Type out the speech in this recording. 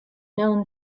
known